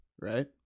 right